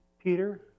Peter